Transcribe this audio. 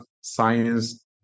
science